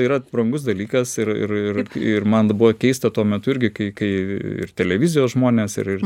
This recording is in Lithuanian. yra brangus dalykas ir ir ir ir man buvo keista tuo metu irgi kai kai ir televizijos žmonės ir ir